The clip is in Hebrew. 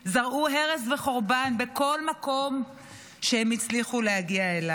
זרעו הרס וחורבן בכל מקום שהם הצליחו להגיע אליו.